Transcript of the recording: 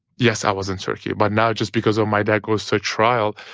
yes, i was in turkey. but now, just because um my dad goes to trial,